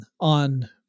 on